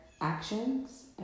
actions